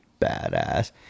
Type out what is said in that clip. badass